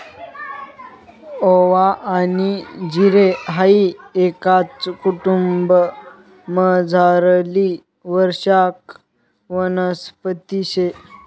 ओवा आनी जिरे हाई एकाच कुटुंबमझारली वार्षिक वनस्पती शे